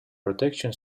protection